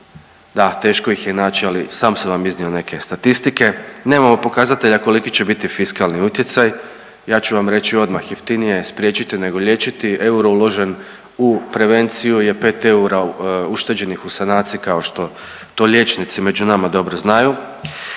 Da, teško ih je naći sam sam vam iznio neke statistike. Nemamo pokazatelja koliki će biti fiskalni utjecaj. Ja ću vam reći odmah jeftinije je spriječiti, nego liječiti. Euro uložen u prevenciju je 5 eura ušteđenih u sanaciji kao što to liječnici među nama dobro znaju.